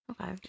Okay